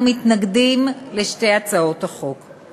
אנחנו מתנגדים לשתי הצעות החוק.